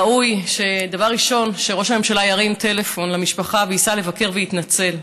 ראוי שדבר ראשון ראש הממשלה ירים טלפון למשפחה וייסע לבקר ויתנצל.